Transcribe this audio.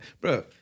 bro